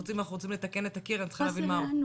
אנחנו רוצים לתקן את הקיר, אני צריכה להבין מהו.